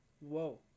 Whoa